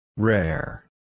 Rare